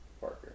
Parker